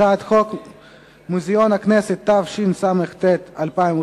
הצעת חוק מוזיאון הכנסת, התשס"ט 2009,